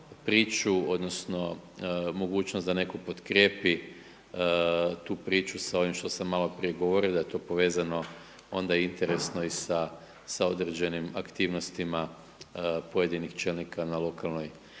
priču, odnosno mogućnost da netko potkrijepi tu priču s ovime što sam maloprije govorio, da je to povezano onda interesno i sa određenim aktivnosti pojedinih čelnika na lokalnoj